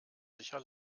sicher